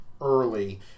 early